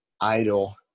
idle